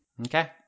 Okay